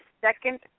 second